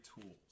tools